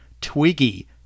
Twiggy